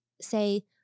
say